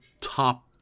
top